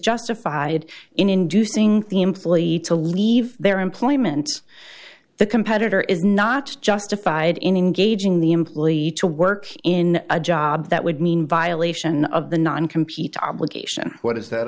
justified in inducing the employee to leave their employment the competitor is not justified in engaging the employee to work in a job that would mean violation of the non compete obligation what is that